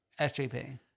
SJP